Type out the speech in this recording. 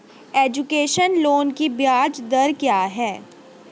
Education loan की ब्याज दर क्या है?